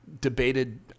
debated